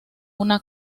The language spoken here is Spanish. una